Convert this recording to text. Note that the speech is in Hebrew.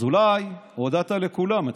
אז אולי הודעת לכולם,